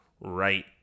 right